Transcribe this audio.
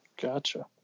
Gotcha